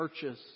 churches